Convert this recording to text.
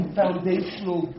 foundational